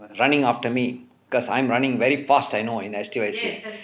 running after me because I'm running very fast I know in S_T_Y_C